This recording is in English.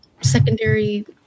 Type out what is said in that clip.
secondary